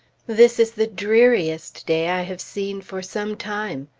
this is the dreariest day i have seen for some time.